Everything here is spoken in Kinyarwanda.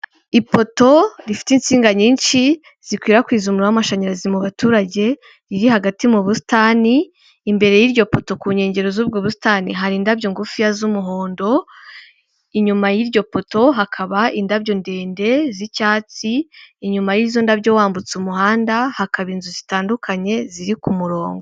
Ipoto rifite insinga nyinshi zikwirakwiza umuriro w'amashanyarazi mu baturage, iri hagati mu busitani, imbere y'iryo poto ku nkengero z'ubwo busitani hari indabyo ngufiya z'umuhondo, inyuma y'iryo poto hakaba indabyo ndende z'icyatsi, inyuma y'izo ndabyo wambutse umuhanda hakaba inzu zitandukanye ziri ku murongo.